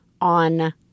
on